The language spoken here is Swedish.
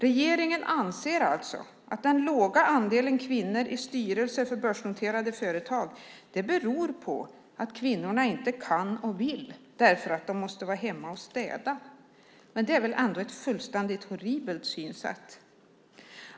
Regeringen anser alltså att den låga andelen kvinnor i styrelser för börsnoterade företag beror på att kvinnorna inte kan och vill därför att de måste vara hemma och städa. Det är väl ett fullständigt horribelt synsätt.